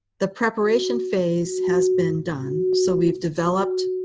the preparation phase has been done. so we've developed